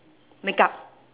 makeup